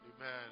Amen